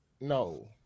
no